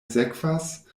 sekvas